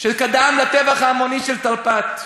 שקדמה לטבח ההמוני של תרפ"ט.